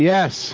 Yes